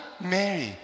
Mary